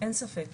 אין ספק.